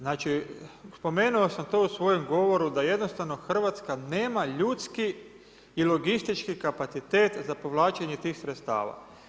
Znači spomenuo sam to u svojem govoru da jednostavno Hrvatska nema ljudski i logistički kapacitet za povlačenje tih sredstava.